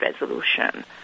resolution